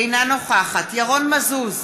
אינה נוכחת ירון מזוז,